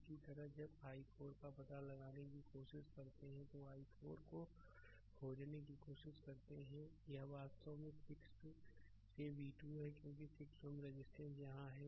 इसी तरह जब i4 का पता लगाने की कोशिश करते हैं तो i4 को खोजने की कोशिश करते हैं यह वास्तव में 6 से v2 है क्योंकि 6 Ω रजिस्टेंस यहाँ है